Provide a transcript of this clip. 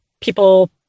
people